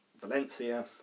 Valencia